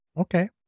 Okay